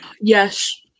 Yes